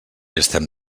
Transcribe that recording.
estem